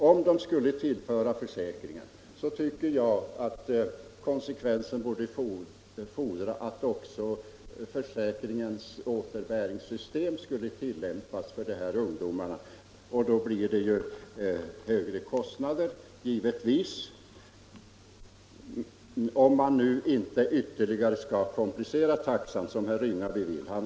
Om de skulle tillföras försäkringen, tycker jag att konsekvensen borde fordra att också försäkringens återbäringssystem skulle tillämpas för ungdomarna, och då blir det givetvis högre kostnader —- om man nu inte ytterligare skall komplicera taxan, som herr Ringaby vill.